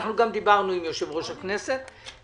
גם יושב-ראש הכנסת אישר זאת.